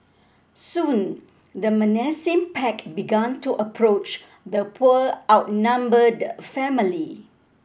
soon the menacing pack began to approach the poor outnumbered family